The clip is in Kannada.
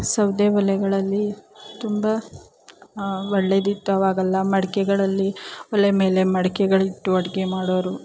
ಸೌದೆ ಒಲೆಗಳಲ್ಲಿ ತುಂಬ ಒಳ್ಳೆಯದಿತ್ತು ಆವಾಗೆಲ್ಲ ಮಡಕೆಗಳಲ್ಲಿ ಒಲೆ ಮೇಲೆ ಮಡಕೆಗಳಿಟ್ಟು ಅಡುಗೆ ಮಾಡೋರು